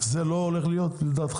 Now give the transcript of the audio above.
זה לא הולך להיות לדעתך?